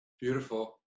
Beautiful